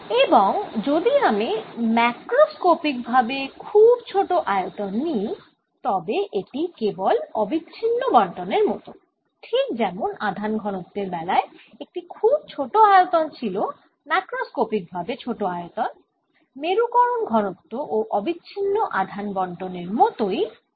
এবং যদি আমি ম্যাক্রোস্কোপিকভাবে খুব ছোট আয়তন নিই তবে এটি কেবল অবিচ্ছিন্ন বণ্টনের মতো ঠিক যেমন আধান ঘনত্বের বেলায় একটি খুব ছোট আয়তন ছিল ম্যাক্রোস্কোপিকভাবে ছোট আয়তন মেরুকরণ ঘনত্ব ও অবিচ্ছিন্ন আধান বণ্টনের মতোই হয়